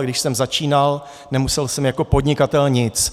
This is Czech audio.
Když jsem začínal, nemusel jsem jako podnikatel nic.